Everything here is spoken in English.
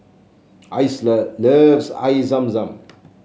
Isla loves Air Zam Zam